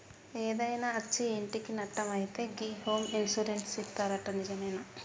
ఏదైనా అచ్చి ఇంటికి నట్టం అయితే గి హోమ్ ఇన్సూరెన్స్ ఇత్తరట నిజమేనా